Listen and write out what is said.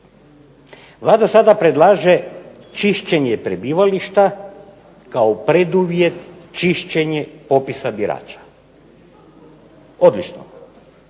Vlada sada predlaže čišćenje prebivališta kao preduvjet čišćenje popisa birača. Odlično.